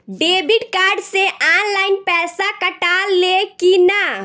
Debit card से online पैसा कटा ले कि ना?